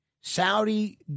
Saudi